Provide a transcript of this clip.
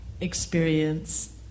experience